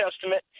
Testament